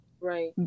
right